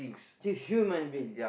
to human beings